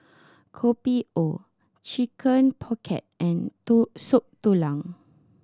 Kopi O Chicken Pocket and Soup Tulang